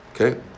Okay